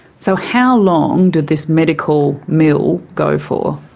so how long did this medical mill go for?